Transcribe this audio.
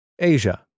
Asia